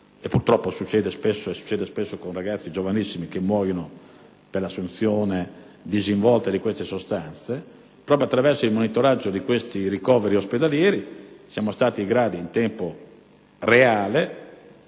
e purtroppo questo succede spesso a ragazzi giovanissimi, che muoiono per l'assunzione disinvolta di tali sostanze. Proprio attraverso il monitoraggio di quei ricoveri ospedalieri, siamo stati in grado, in tempo reale,